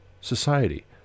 society